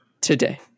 today